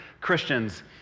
Christians